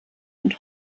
und